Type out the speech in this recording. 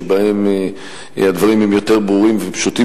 שבהם הדברים הם יותר ברורים ופשוטים.